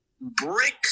brick